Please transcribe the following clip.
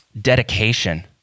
dedication